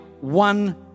one